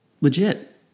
legit